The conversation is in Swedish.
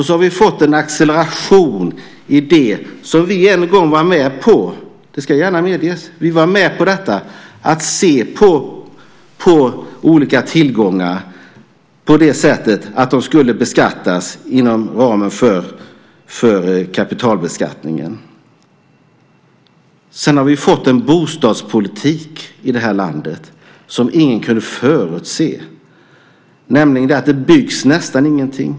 Så har vi fått en acceleration av det som vi en gång var med på - det ska gärna medges att vi var med på detta - nämligen att se på olika tillgångar på det sättet att de skulle beskattas inom ramen för kapitalbeskattningen. Sedan har vi fått en bostadspolitik i det här landet som ingen kunde förutse. Det byggs nästan ingenting.